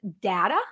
data